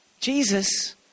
Jesus